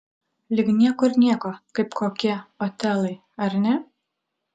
lyg niekur nieko kaip kokie otelai ar ne